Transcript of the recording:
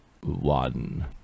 one